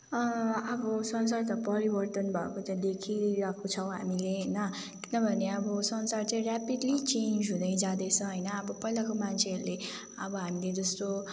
अब संसार त परिवर्तन भएको चाहिँ देखिरहेको छौँ हामीले होइन किनभने अब संसार चाहिँ र्यापिडली चेन्ज हुँदै जाँदैछ होइन अब पहिलाको मान्छेहरूले अब हामीले जस्तो